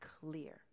clear